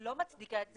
אני לא מצדיקה את זה,